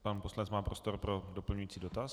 Pan poslanec má prostor pro doplňující dotaz.